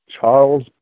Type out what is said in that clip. Charles